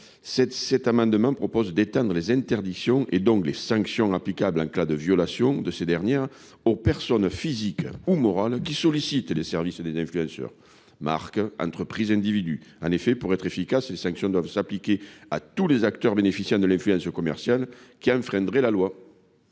cet amendement propose d'éteindre les interdictions et donc les sanctions applicables en cas de violation de ces dernières aux personnes physiques ou morales qui sollicitent les services des influenceurs. Marc entreprises individus en effet pour être efficace les sanctions doivent s'appliquer à tous les acteurs bénéficiant de l'influence commerciale qui enfreindraient la loi.